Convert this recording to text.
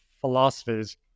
philosophies